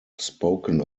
spoken